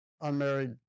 Unmarried